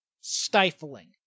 stifling